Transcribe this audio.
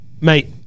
mate